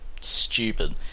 stupid